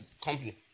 company